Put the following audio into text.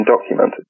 documented